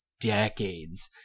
decades